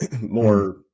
more